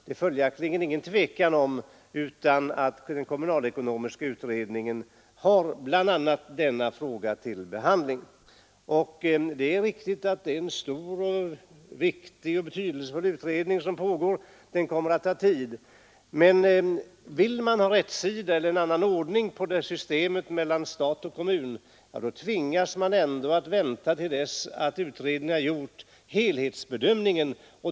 Det är inget tvivel om att den kommunalekonomiska utredningen är en stor, viktig och betydelsefull utredning som kommer att ta tid. Vill man ha en rätsida eller en annan ordning på systemet mellan stat och kommun, då tvingas man vänta till dess att utredningen har gjort sin helhetsbedömning.